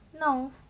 No